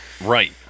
Right